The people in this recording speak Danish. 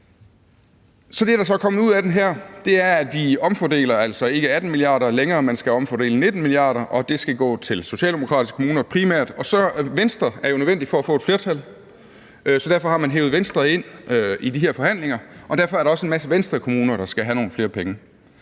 Det, der så er kommet ud af det her, er, at vi altså ikke længere omfordeler 18 mia. kr., men skal omfordele 19 mia. kr., og de skal primært gå til socialdemokratiske kommuner, og Venstre er jo nødvendig for at få et flertal, så derfor har man hevet Venstre ind i de her forhandlinger, og derfor er der også en masse Venstrekommuner, der skal have nogle flere penge.